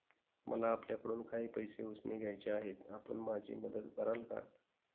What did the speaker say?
मला आपल्याकडून काही पैसे उसने घ्यायचे आहेत, आपण माझी मदत कराल का?